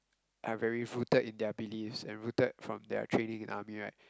are very rooted in their beliefs and rooted from their trainings in army right